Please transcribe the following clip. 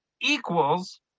equals